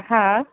हा